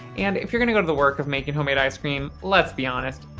and if you're gonna go to the work of making homemade ice cream, let's be honest.